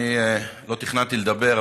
לא תכננתי לדבר,